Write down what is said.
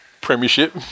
Premiership